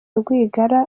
rwigara